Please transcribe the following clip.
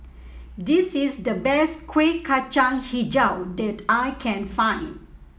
this is the best Kuih Kacang hijau that I can find